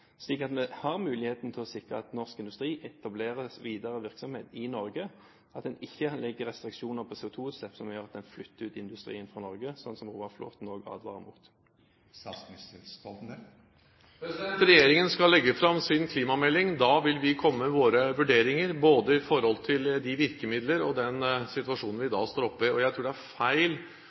slik at vi har muligheten til å sikre at norsk industri etablerer videre virksomhet i Norge, og at vi ikke legger restriksjoner på CO2-utslipp som gjør at en flytter ut industrien fra Norge, slik som Roar Flåthen advarer mot. Regjeringen skal legge fram sin klimamelding. Da vil vi komme med våre vurderinger, både av virkemidler og den situasjonen vi da står oppe i. Jeg tror det er feil